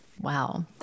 Wow